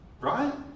right